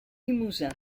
limousin